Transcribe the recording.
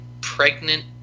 pregnant